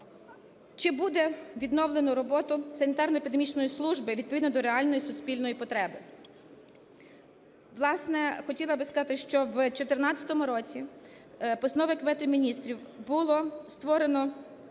Чи буде відновлено роботу санітарно-епідемічної служби відповідно до реальної суспільної потреби? Власне, хотіла би сказати, що в 14-му році постановою Кабінету Міністрів було створено